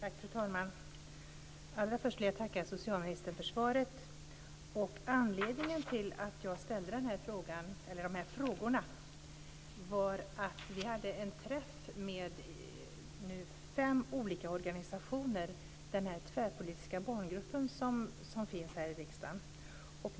Fru talman! Allra först vill jag tacka socialministern för svaret. Anledningen till att jag ställde de här frågorna var att vi i den tvärpolitiska barngruppen som finns här i riksdagen hade en träff med fem olika organisationer.